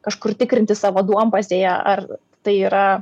kažkur tikrinti savo duombazėje ar tai yra